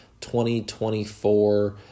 2024